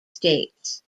states